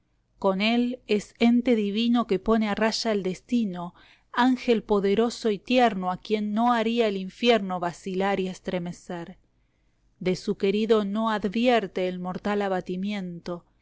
con él es ente divino que pone a raya el destino ángel poderoso y tierno a quien no haría el infierno vacilar ni estremecer de su querido no advierte el mortal abatimiento